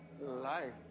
life